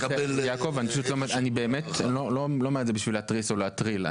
יעקב, אני לא אומר את זה בשביל להתריס או להטריל.